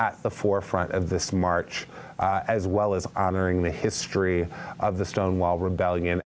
at the forefront of this march as well as honoring the history of the stonewall rebellion